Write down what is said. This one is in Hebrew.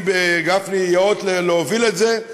אם גפני ייאות להוביל את זה,